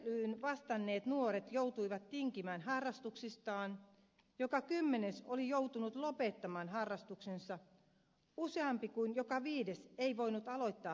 kyselyyn vastanneet nuoret joutuivat tinkimään harrastuksistaan joka kymmenes oli joutunut lopettamaan harrastuksensa useampi kuin joka viides ei voinut aloittaa haluamaansa harrastusta